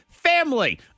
Family